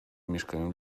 mieszkają